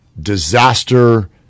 disaster